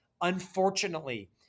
unfortunately